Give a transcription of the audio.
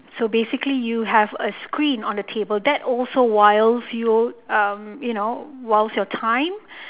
so basically you have a screen on the table that also whiles you um you know whiles your time